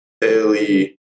daily